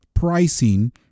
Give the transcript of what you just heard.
pricing